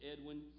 Edwin